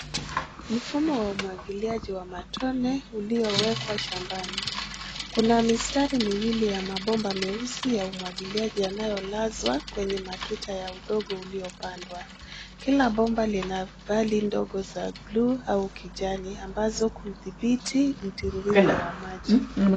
Mfumo wa umwagiliaji wa matone uliowekwa shambani. Kuna mistari miwili ya mabomba meusi ya umwagiliaji anayolazwa kwenye matuta ya udogo uliopandwa. Kila bomba linavali ndogo za bluu au kijani ambazo kudhibiti mtiririko wa maji.